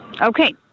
Okay